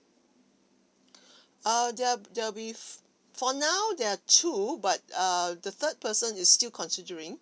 uh there'll there'll be for now there are two but err the third person is still considering